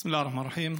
בסם אללה א-רחמן א-רחים.